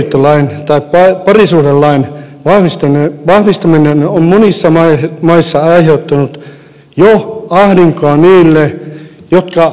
tasa arvoisen avioliittolain tai parisuhdelain vahvistaminen on monissa maissa aiheuttanut jo ahdinkoa niille jotka ajattelevat toisin